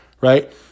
Right